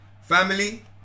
Family